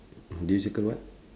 did you circle what